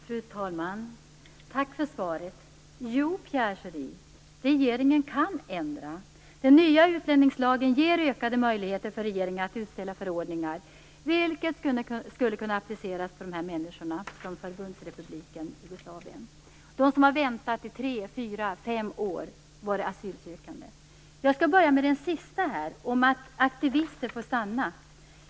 Fru talman! Jag tackar för svaret. Jo, Pierre Schori, regeringen kan ändra. Den nya utlänningslagen ger ökade möjligheter för regeringen att utställa förordningar, vilket skulle kunna appliceras på dessa människor från Förbundsrepubliken Jugoslavien, som har väntat i tre, fyra, fem år på att få asyl. Jag skall börja med det sista här, om att aktivister får stanna.